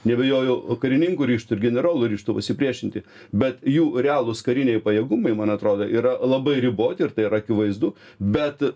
neabejoju karininkų ryžtu ir generolų ryžtu pasipriešinti bet jų realūs kariniai pajėgumai man atrodo yra labai riboti ir tai yra akivaizdu bet